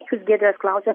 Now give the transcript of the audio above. jūs giedrės klausėt